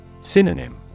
Synonym